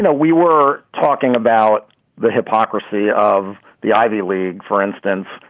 and we were talking about the hypocrisy of the ivy league, for instance,